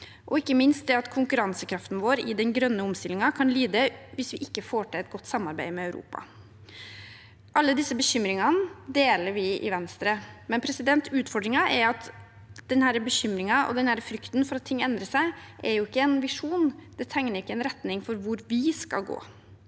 og ikke minst at konkurransekraften vår i den grønne omstillingen kan lide hvis vi ikke får til et godt samarbeid med Europa. Alle disse bekymringene deler vi i Venstre. Men utfordringen er at denne bekymringen og frykten for at ting endrer seg, jo ikke er en visjon. Det tegner ikke en retning for hvor vi skal gå.